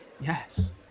Yes